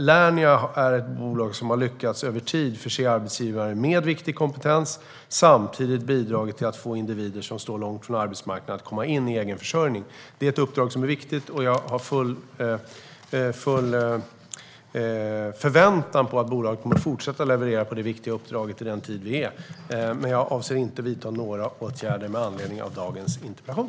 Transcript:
Lernia är ett bolag som över tid har lyckats förse arbetsgivare med viktig kompetens och samtidigt bidragit till att få individer som står långt från arbetsmarknaden att komma in i egenförsörjning. Det är ett viktigt uppdrag, och jag förväntar mig att bolaget kommer att fortsätta att leverera detta viktiga uppdrag. Jag avser inte att vidta några åtgärder med anledning av dagens interpellation.